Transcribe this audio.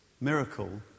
miracle